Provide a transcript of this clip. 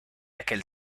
aquel